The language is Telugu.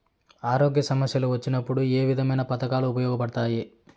ఆరోగ్య సమస్యలు వచ్చినప్పుడు ఏ విధమైన పథకాలు ఉపయోగపడతాయి